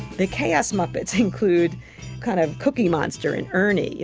the chaos muppets include kind of cookie monster and ernie,